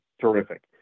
terrific